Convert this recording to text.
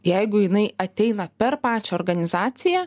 jeigu jinai ateina per pačią organizaciją